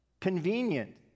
convenient